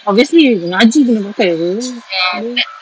obviously you ngaji kena pakai [pe]